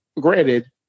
granted